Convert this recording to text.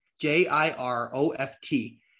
J-I-R-O-F-T